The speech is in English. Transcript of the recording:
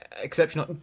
exceptional